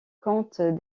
comptent